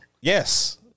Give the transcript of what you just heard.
Yes